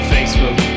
Facebook